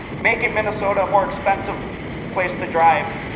making minnesota more expensive place to drive